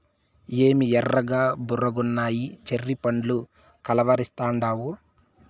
ఏమి ఎర్రగా బుర్రగున్నయ్యి చెర్రీ పండ్లని కలవరిస్తాండావు